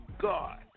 God